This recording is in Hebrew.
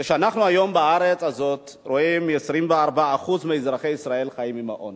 כשאנחנו היום בארץ הזאת רואים 24% מאזרחי מדינת ישראל חיים בעוני,